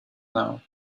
now